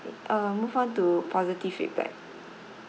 um move on to positive feedback